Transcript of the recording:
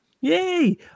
Yay